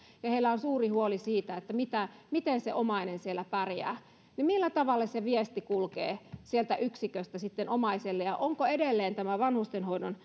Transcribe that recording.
ja heillä on suuri huoli siitä miten se omainen siellä pärjää millä tavalla se viesti kulkee sieltä yksiköstä sitten omaiselle ja onko edelleen tämä vanhustenhoidon